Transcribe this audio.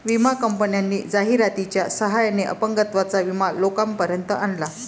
विमा कंपन्यांनी जाहिरातीच्या सहाय्याने अपंगत्वाचा विमा लोकांपर्यंत आणला